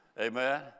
amen